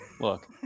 Look